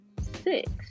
six